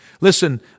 Listen